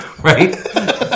Right